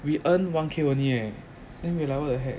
we earn one K only eh then we like what the heck